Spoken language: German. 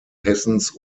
hessens